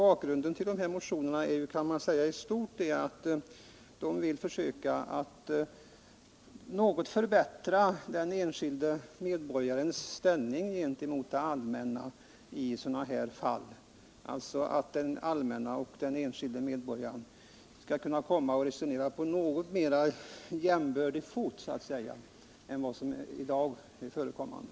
Avsikten med motionerna är, kan man säga, att försöka något förbättra den enskilde medborgarens ställning gentemot det allmänna i sådana här fall, alltså att det allmänna och den enskilde medborgaren skall kunna resonera på något mera jämbördig fot så att säga än vad som kan ske i dag.